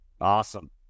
Awesome